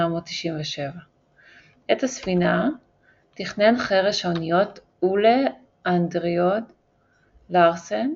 1899-1897. את הספינה תכנן חרש־האוניות אולה אנדרוד לרסן,